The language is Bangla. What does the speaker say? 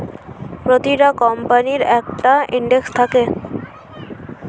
প্রতিটা কোম্পানির একটা ইন্ডেক্স থাকে